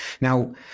Now